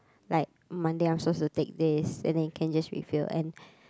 like Monday I'm suppose to take this and then you can reveal and